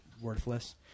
worthless